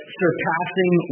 surpassing